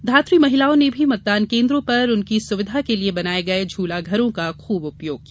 धात्री महिलाओं ने भी मतदान केन्द्रों पर उनकी सुविधा के लिये बनाये गये झूलाघरों का खूब उपर्योग किया